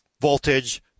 voltage